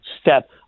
step